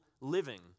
living